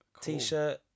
T-shirt